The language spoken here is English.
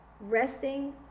resting